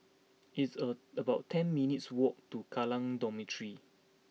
it's a about ten minutes' walk to Kallang Dormitory